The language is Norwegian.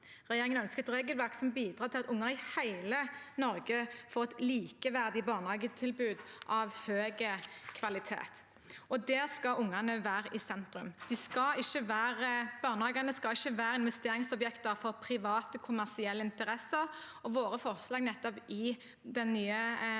Regjeringen ønsker et regelverk som bidrar til at unger i hele Norge får et likeverdig barnehagetilbud av høy kvalitet, og der skal ungene være i sentrum. Barnehagene skal ikke være investeringsobjekter for private, kommersielle interesser, og våre forslag til den nye barnehageloven